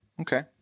Okay